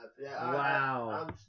Wow